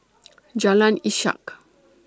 Jalan Ishak